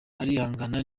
arihangana